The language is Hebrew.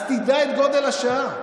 אז תדע את גודל השעה.